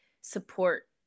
support